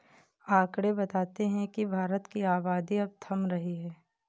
आकंड़े बताते हैं की भारत की आबादी अब थम रही है